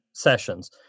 Sessions